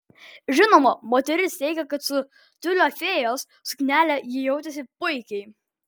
žinoma moteris teigė kad su tiulio fėjos suknele ji jautėsi puikiai